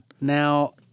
Now